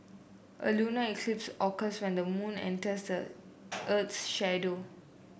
a lunar eclipse occurs when the moon enters the earth's shadow